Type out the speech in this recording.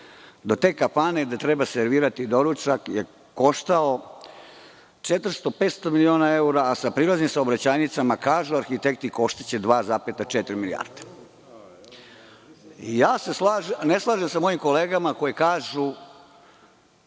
do te kafane gde treba servirati doručak je koštao 400 – 500 miliona evra, a sa prilaznim saobraćajnicama, kažu arhitekti, koštaće 2,4 milijarde. Ne slažem se sa mojim kolegama koje kažu